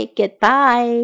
goodbye 。